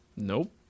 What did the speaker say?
Nope